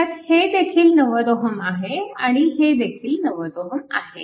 अर्थात हे देखील 90Ω आहे व हेदेखील 90Ω आहे